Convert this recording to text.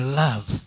love